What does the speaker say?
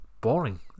boring